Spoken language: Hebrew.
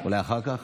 אולי אחר כך.